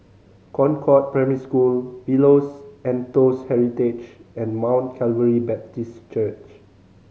Concord Primary School Pillows and Toast Heritage and Mount Calvary Baptist Church